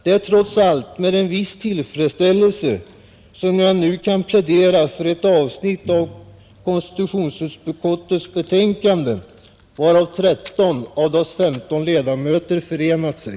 Det är trots allt med en viss tillfredsställelse som jag nu kan plädera för ett avsnitt av konstitutionsutskottets betänkande, varom 13 av dess 15 ledamöter förenat sig.